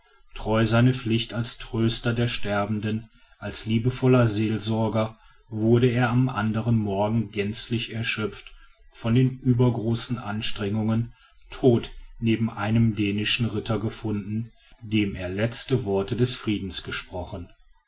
treu seiner pflicht als tröster der sterbenden als liebevoller seelsorger wurde er am anderen morgen gänzlich erschöpft von den übergroßen anstrengungen tot neben einem dänischen ritter gefunden dem er letzte worte des friedens gesprochen